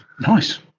nice